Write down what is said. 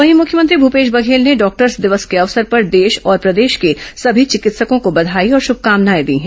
वहीं मुख्यमंत्री भूपेश बघेल ने डॉक्टर्स दिवस के अवसर पर देश और प्रदेश के सभी चिकित्सकों को बधाई और शुभकामनाए दी हैं